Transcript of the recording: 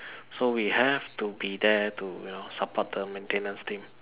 so we have to be there to you know support the maintenance team